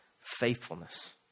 faithfulness